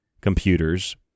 computers